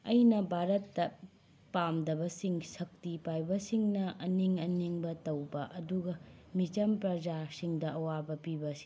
ꯑꯩꯅ ꯕꯥꯔꯠꯇ ꯄꯥꯝꯗꯕꯁꯤꯡ ꯁꯛꯇꯤ ꯄꯥꯏꯕꯁꯤꯡꯅ ꯑꯅꯤꯡ ꯑꯅꯤꯡꯕ ꯇꯧꯕ ꯑꯗꯨꯒ ꯃꯤꯆꯝ ꯄ꯭ꯔꯖꯥꯁꯤꯡꯗ ꯑꯋꯥꯕ ꯄꯤꯕꯁꯤꯅꯤ